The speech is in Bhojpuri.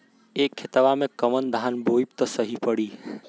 ए खेतवा मे कवन धान बोइब त सही पड़ी?